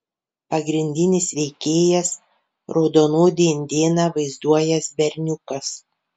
pagrindinis veikėjas raudonodį indėną vaizduojąs berniukas